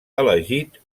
elegit